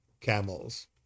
camels